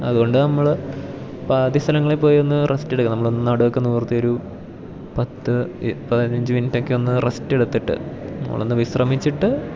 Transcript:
അതുകൊണ്ട് നമ്മള് പാതി സ്ഥലങ്ങളിൽ പോയി ഒന്ന് റെസ്റ്റെടുക്കണം നമ്മളൊന്ന് നടുവൊക്കെ നിവർത്തി ഒരു പത്ത് പതിനഞ്ച് മിനിറ്റൊക്കെ ഒന്ന് റെസ്റ്റെടുത്തിട്ട് നമ്മളൊന്ന് വിശ്രമിച്ചിട്ട്